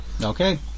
Okay